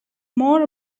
more